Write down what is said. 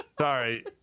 sorry